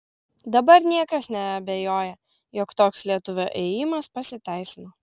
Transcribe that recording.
dabar niekas neabejoja jog toks lietuvio ėjimas pasiteisino